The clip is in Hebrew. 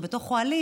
או בתוך אוהלים,